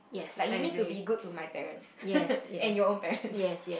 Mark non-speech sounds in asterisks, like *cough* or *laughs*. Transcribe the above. like you need to be good to my parents *laughs* and your own parents